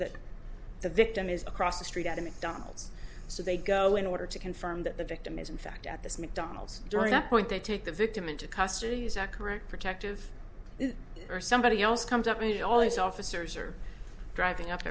that the victim is across the street at a mcdonald's so they go in order to confirm that the victim is in fact at this mcdonald's during that point they take the victim into custody is accurate protective or somebody else comes up meet all these officers are driving up